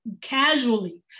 casually